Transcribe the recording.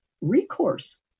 recourse